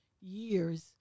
years